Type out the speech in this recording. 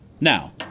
Now